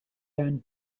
earned